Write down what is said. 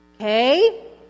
okay